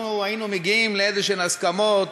שהיינו מגיעים לאיזשהן הסכמות,